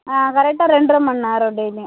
ஆ கரெக்டாக ரெண்டரை மணி நேரம் டெய்லியும்